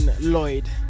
Lloyd